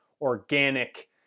organic